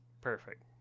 Perfect